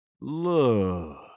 Look